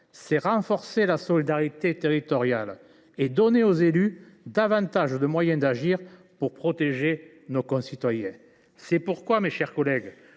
c’est renforcer la solidarité territoriale et donner aux élus plus de moyens d’agir pour protéger nos concitoyens. C’est pourquoi, mes chers collègues,